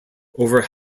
over